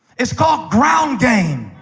it's called ground game.